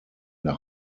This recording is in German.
der